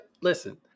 listen